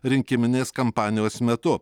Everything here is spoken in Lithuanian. rinkiminės kampanijos metu